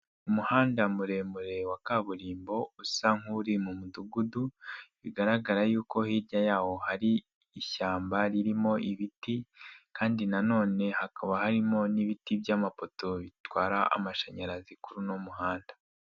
Umuhanda muremure wa kaburimbo usa nk'uri mu mudugudu, bigaragara yuko hirya yawo hari ishyamba ririmo ibiti kandi nanone hakaba harimo n'ibiti by'amapoto bitwara amashanyarazi kuri uno muhanda.